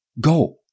Go